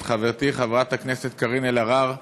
את חברתי חברת הכנסת קארין אלהרר